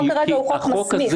החוק כרגע הוא חוק מסמיך,